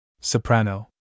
Soprano